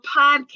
podcast